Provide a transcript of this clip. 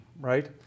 right